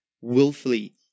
willfully